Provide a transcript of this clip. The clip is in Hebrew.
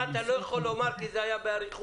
אתה לא יכול לומר כי זה היה באריכות.